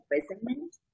imprisonment